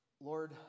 Lord